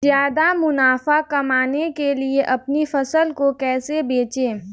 ज्यादा मुनाफा कमाने के लिए अपनी फसल को कैसे बेचें?